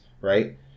right